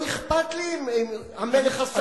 לא אכפת לי אם המלך הסעודי,